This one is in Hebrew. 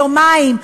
ליומיים,